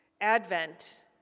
Advent